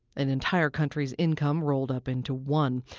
an entire country's income rolled up into one.